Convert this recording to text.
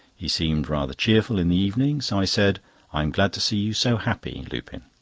he seemed rather cheerful in the evening, so i said i'm glad to see you so happy, lupin.